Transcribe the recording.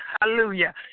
Hallelujah